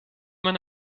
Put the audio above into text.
man